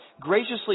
Graciously